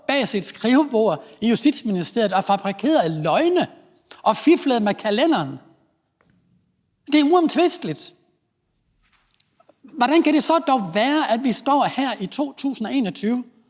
bag sit skrivebord i Justitsministeriet og bevidst fabrikerede løgne og fiflede med kalenderen. Det er uomtvisteligt. Hvordan kan det dog så være, at vi står her i 2021